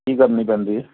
ਕੀ ਕਰਨੀ ਪੈਂਦੀ